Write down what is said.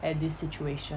and this situation